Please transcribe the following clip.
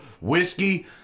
whiskey